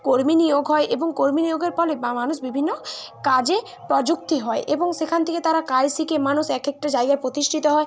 কর্মী নিয়োগ হয় এবং কর্মী নিয়োগের ফলে মানুষ বিভিন্ন কাজে প্রযুক্তি হয় এবং সেখান থেকে তার কাজ শিখে মানুষ এক একটা জায়গায় প্রতিষ্ঠিত হয়